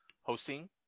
hosting